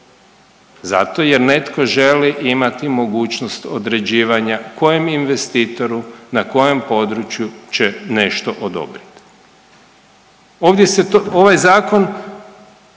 Zato jer netko želi imati mogućnost određivanja kojem investitoru, na kojem području će nešto odobriti. Ovdje